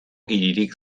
hiririk